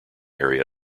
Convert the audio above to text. area